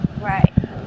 right